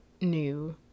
new